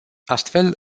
astfel